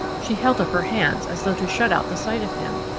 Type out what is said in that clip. she held up her hands as though to shut out the sight of him.